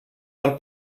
del